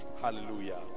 Hallelujah